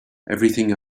everything